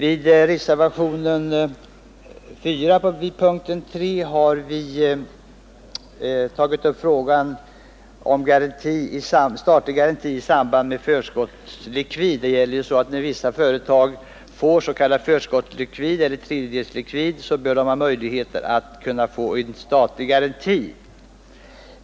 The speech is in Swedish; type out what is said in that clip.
I reservationen 4 vid samma punkt har vi tagit upp frågan om statlig garanti i samband med förskottslikvid. När företag får s.k. förskottslikvid eller tredjedelslikvid bör de också ha möjligheter att erhålla en statlig garanti.